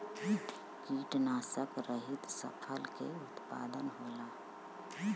कीटनाशक रहित फसल के उत्पादन होला